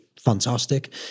fantastic